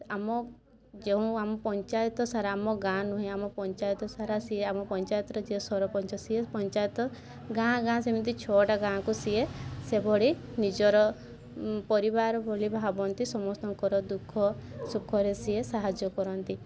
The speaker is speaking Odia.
ଆମ ଯେଉଁ ଆମ ପଞ୍ଚାୟତ ସାରା ଆମ ଗାଁ ନୁହେଁ ଆମ ପଞ୍ଚାୟତ ସାରା ସିଏ ଆମ ପଞ୍ଚାୟତର ଯିଏ ସରପଞ୍ଚ ସିଏ ପଞ୍ଚାୟତ ଗାଁ ଗାଁ ସେମିତି ଛଅଟା ଗାଁକୁ ସିଏ ସେଭଳି ନିଜର ପରିବାର ଭଳି ଭାବନ୍ତି ସମସ୍ତଙ୍କର ଦୁଃଖ ସୁଖରେ ସିଏ ସାହାଯ୍ୟ କରନ୍ତି